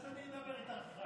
אז אני אדבר איתך אחר כך.